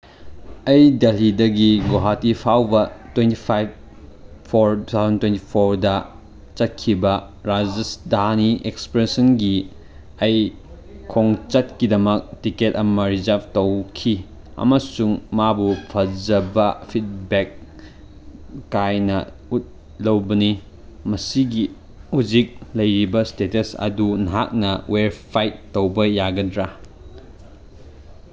ꯑꯩ ꯗꯦꯜꯍꯤꯗꯒꯤ ꯒꯨꯍꯥꯇꯤ ꯐꯥꯎꯕ twenty five four two thousand twenty ꯐꯣꯔꯗ ꯆꯠꯈꯤꯕ ꯔꯥꯖꯁꯊꯥꯅꯤ ꯑꯦꯛꯁꯄ꯭ꯔꯦꯁꯟꯒꯤ ꯑꯩ ꯈꯣꯡꯆꯠꯀꯤꯗꯃꯛ ꯇꯤꯀꯦꯠ ꯑꯃ ꯔꯤꯖꯥꯞ ꯇꯧꯈꯤ ꯑꯃꯁꯨꯡ ꯃꯥꯕꯨ ꯐꯖꯕ ꯐꯤꯠꯕꯦꯛ ꯀꯥꯏꯅ ꯎꯠꯂꯧꯕꯅꯤ ꯃꯁꯤꯒꯤ ꯍꯧꯖꯤꯛ ꯂꯩꯔꯤꯕ ꯏꯁꯇꯦꯇꯁ ꯑꯗꯨ ꯅꯍꯥꯛꯅ ꯚꯦꯔꯤꯐꯥꯏꯠ ꯇꯧꯕ ꯌꯥꯒꯗ꯭ꯔꯥ